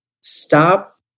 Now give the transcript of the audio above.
stop